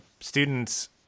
students